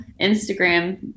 Instagram